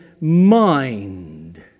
mind